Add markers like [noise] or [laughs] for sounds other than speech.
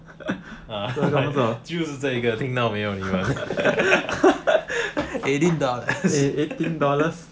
[laughs] ah [laughs] 就是这个听到没有你们 [laughs] eighteen dollars